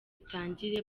itangire